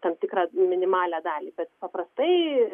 tam tikrą minimalią dalį bet paprastai